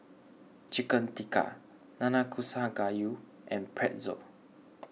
Chicken Tikka Nanakusa Gayu and Pretzel